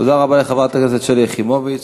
תודה רבה לחברת הכנסת שלי יחימוביץ.